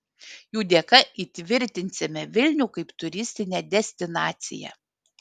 jų dėka įtvirtinsime vilnių kaip turistinę destinaciją